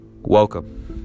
welcome